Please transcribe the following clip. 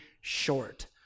short